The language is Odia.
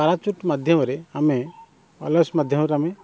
ପାରାଚୁଟ୍ ମାଧ୍ୟମରେ ଆମେ ୱାୟାରଲେସ୍ ମାଧ୍ୟମରେ ଆମେ